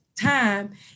time